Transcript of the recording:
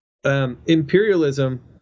Imperialism